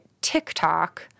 TikTok